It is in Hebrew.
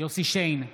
יוסף שיין,